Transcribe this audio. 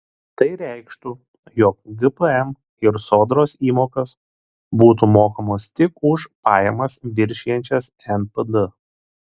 tai reikštų jog gpm ir sodros įmokos būtų mokamos tik už pajamas viršijančias npd